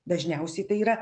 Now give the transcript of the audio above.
dažniausiai tai yra